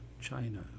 China